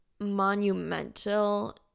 monumental